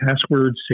password